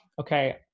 okay